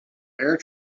air